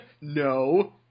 No